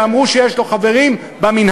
שאמרו שיש לו חברים במינהל,